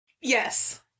Yes